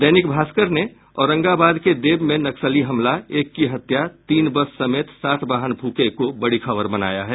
दैनिक भास्कर औरंगाबाद के देव में नक्सली हमला एक की हत्या तीन बस समेत सात वाहन फुंके को बड़ी खबर बनाया है